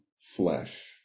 flesh